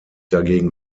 dagegen